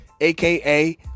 aka